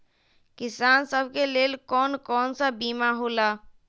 किसान सब के लेल कौन कौन सा बीमा होला?